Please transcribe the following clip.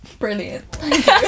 Brilliant